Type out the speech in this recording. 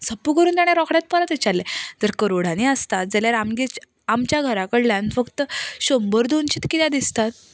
जप्प करून ताणें रोखडेंच परत विचारलें तर करोडांनी आसतात जाल्यार आमगेर आमच्या घरा कडल्यान फकत शंबर दोनशीं कित्याक दिसतात